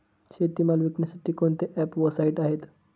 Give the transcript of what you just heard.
शेतीमाल विकण्यासाठी कोणते ॲप व साईट आहेत?